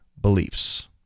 beliefs